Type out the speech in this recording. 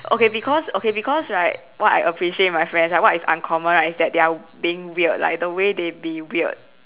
okay because okay because right what I appreciate my friends right what is uncommon right is that they are being weird like the way they be weird